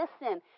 listen